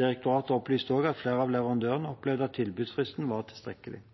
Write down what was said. Direktoratet opplyser også at flere av leverandørene opplevde at tilbudsfristen var tilstrekkelig.